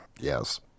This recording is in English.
yes